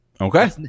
Okay